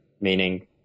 meaning